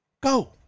Go